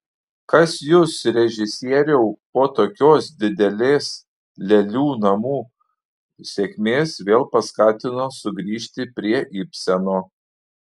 kas jus režisieriau po tokios didelės lėlių namų sėkmės vėl paskatino sugrįžti prie ibseno